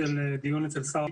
אני חייב לציין,